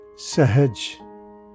Sahaj